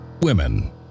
women